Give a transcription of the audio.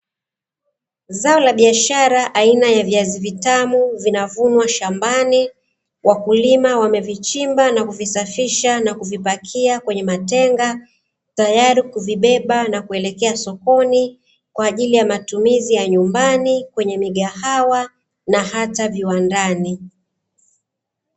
Zao la biashara aina ya viazi vitamu zinavunwa shambani wakulima wamevichimba na kuvisafisha na kuvipakia kwenye matenga, tayari kuvibeba na kuelekea sokoni kwa ajili ya matumizi ya nyumbani, kwenye migahawa na hata viwandani.